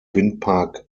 windpark